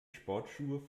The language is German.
sportschuhe